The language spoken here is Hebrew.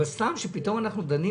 אבל סתם פתאום אנחנו דנים